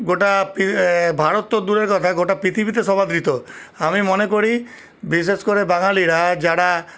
গোটা ভারত তো দূরের কথা গোটা পৃথিবীতে সমাদৃত আমি মনে করি বিশেষ করে বাঙালিরা যারা